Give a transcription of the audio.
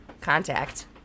contact